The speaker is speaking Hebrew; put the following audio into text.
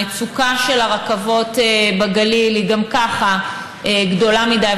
המצוקה של הרכבות בגליל היא גם כך גדולה מדי,